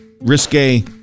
risque